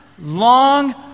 long